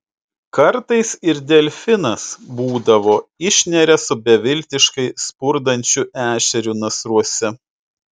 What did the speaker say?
kartais ir delfinas būdavo išneria su beviltiškai spurdančiu ešeriu nasruose